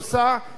מייד למחוק.